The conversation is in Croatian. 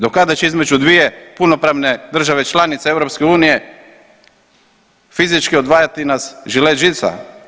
Do kada će između dvije punopravne države članice EU fizički odvajati nas žilet žica?